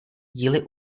díly